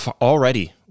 already